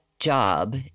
job